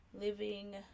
living